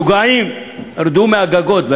היה לנו פעם שר אוצר שאמר: משוגעים, רדו מהגגות.